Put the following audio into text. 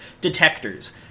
detectors